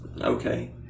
okay